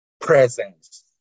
Presence